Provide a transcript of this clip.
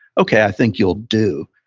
okay, i think you'll do.